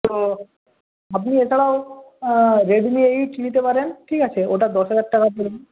তো আপনি এছাড়াও রেডমি এইট নিতে পারেন ঠিক আছে ওটা দশ হাজার টাকা পড়বে